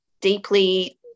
deeply